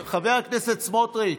חבר הכנסת סמוטריץ',